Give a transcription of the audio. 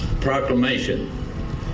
Proclamation